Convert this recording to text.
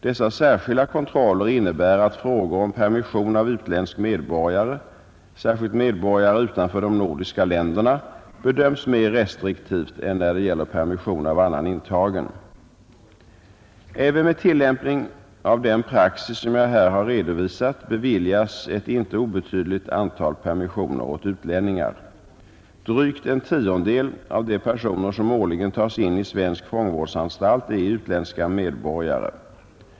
Dessa särskilda kontroller innebär att frågor om permission av utländsk medborgare — särskilt medborgare utanför de nordiska länderna — bedöms mer restriktivt än när det gäller permission av annan intagen. Även med tillämpning av den praxis som jag här har redovisat beviljas ett inte obetydligt antal permissioner åt utlänningar. Drygt en tiondel av de personer som årligen tas in i svensk fångvårdsanstalt är utländska medborgare.